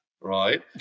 right